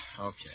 Okay